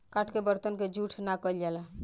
काठ के बरतन के जूठ ना कइल जाला